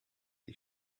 die